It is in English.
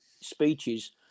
speeches